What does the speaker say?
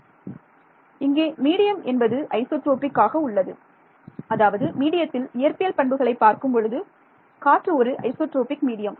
மாணவர் இங்கே மீடியம் என்பது ஐசோட்ரோபிக் ஆக உள்ளது அதாவது மீடியத்தில் இயற்பியல் பண்புகளை பார்க்கும்பொழுது காற்று ஒரு ஐசோட்ரோபிக் மீடியம்